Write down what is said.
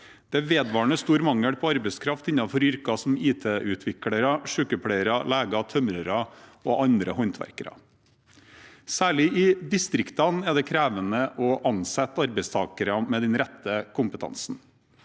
Det er vedvarende stor mangel på arbeidskraft innenfor yrker som IT-utviklere, sykepleiere, leger, tømrere og andre håndverkere. Særlig i distriktene er det krevende å ansette arbeidstakere med den rette kompetansen.